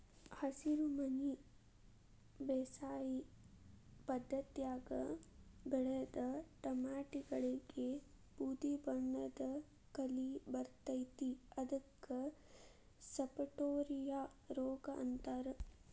ಹಸಿರುಮನಿ ಬೇಸಾಯ ಪದ್ಧತ್ಯಾಗ ಬೆಳದ ಟೊಮ್ಯಾಟಿಗಳಿಗೆ ಬೂದಿಬಣ್ಣದ ಕಲಿ ಬರ್ತೇತಿ ಇದಕ್ಕ ಸಪಟೋರಿಯಾ ರೋಗ ಅಂತಾರ